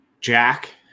jack